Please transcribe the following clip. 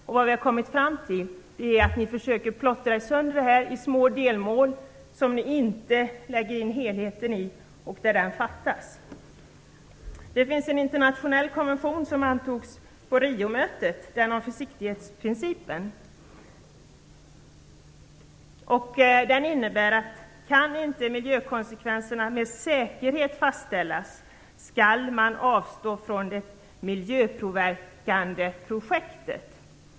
Vi har sedan kommit fram till att ni försöker plottra sönder det här i små delmål. Ni väger inte in helheten, utan denna fattas. Det finns en internationell konvention som antogs på Riomötet och som gäller försiktighetsprincipen. Den innebär att kan inte miljökonsekvenserna med säkerhet fastställas, skall man avstå från det miljöpåverkande projektet.